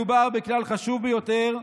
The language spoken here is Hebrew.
מדובר בכלל חשוב ביותר,